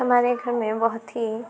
ہمارے گھر میں بہت ہی